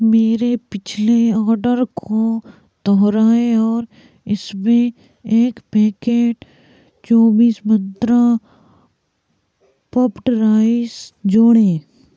मेरे पिछले ऑर्डर को दोहराएँ और इसमें एक पैकेट चौबीस मंत्रा पफ्ड राइस जोड़ें